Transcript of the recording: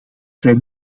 zijn